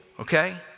Okay